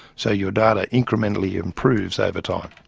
so your data incrementally improves over time.